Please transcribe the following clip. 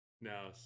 No